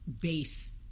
base